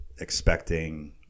expecting